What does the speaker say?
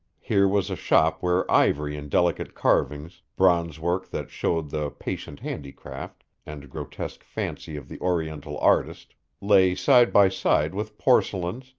here was a shop where ivory in delicate carvings, bronze work that showed the patient handicraft and grotesque fancy of the oriental artist, lay side by side with porcelains,